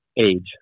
age